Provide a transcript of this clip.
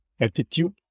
attitude